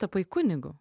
tapai kunigu